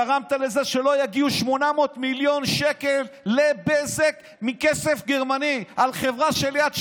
גרמת לזה שלא יגיעו 800 מיליון שקל לבזק מכסף גרמני על חברה של יד 2,